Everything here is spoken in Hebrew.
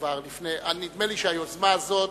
נדמה לי שהיוזמה הזאת